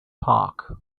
park